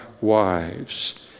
wives